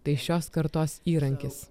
tai šios kartos įrankis